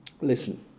listen